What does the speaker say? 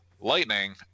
lightning